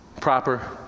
proper